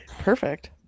Perfect